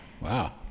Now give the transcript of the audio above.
Wow